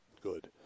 good